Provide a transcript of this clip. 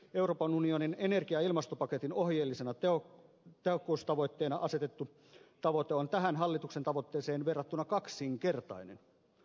euroopan unionin energia ja ilmastopaketin ohjeellisena tehokkuustavoitteena asetettu tavoite on tähän hallituksen tavoitteeseen verrattuna kaksinkertainen